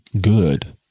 good